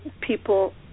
people